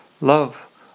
Love